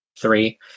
three